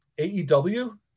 AEW